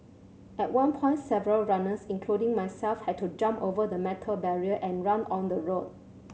at one point several runners including myself had to jump over the metal barrier and run on the road